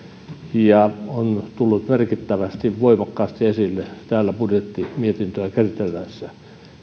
ja on tullut merkittävästi voimakkaasti esille täällä budjettimietintöä käsiteltäessä